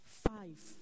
Five